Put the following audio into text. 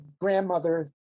grandmother